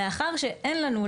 מאחר שאין לנו,